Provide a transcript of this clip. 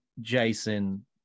Jason